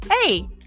Hey